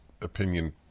opinion